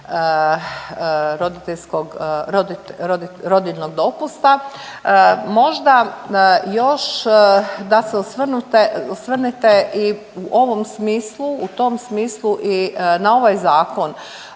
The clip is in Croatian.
radi rodiljnog dopusta. Možda još da se osvrnete i u ovom smislu, u tom smislu i na ovaj zakon